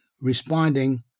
responding